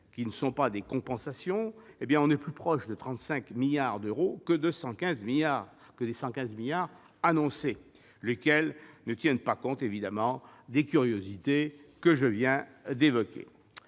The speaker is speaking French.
qui ne sont pas des compensations, sont plus proches de 35 milliards d'euros que des 115 milliards d'euros annoncés, lesquels ne tiennent évidemment pas compte des curiosités que je viens d'évoquer.